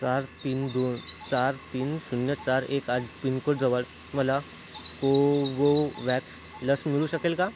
चार तीन दोन चार तीन शून्य चार एक आठ पिनकोडजवळ मला कोवोवॅक्स लस मिळू शकेल का